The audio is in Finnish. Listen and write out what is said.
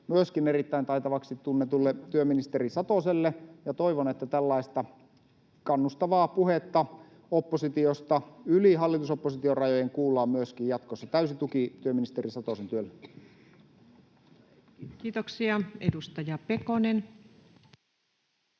myöskin erittäin taitavaksi tunnetulle työministeri Satoselle, ja toivon, että tällaista kannustavaa puhetta oppositiosta yli hallitus—oppositio-rajojen kuullaan myöskin jatkossa. Täysi tuki työministeri Satosen työlle. [Speech 11] Speaker: